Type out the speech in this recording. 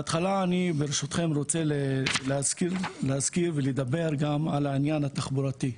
בהתחלה אני אשמח להזכיר ולדבר גם על העניין התחבורתי.